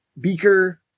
Beaker